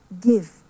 give